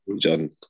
John